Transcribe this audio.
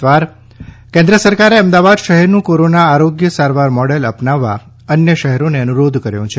Ahmedabad model કેન્દ્ર સરકારે અમદાવાદ શહેરનું કોરોના આરોગ્ય સારવાર મોડેલ અપનાવવા અન્ય શહેરોને અનુરોધ કર્યો છે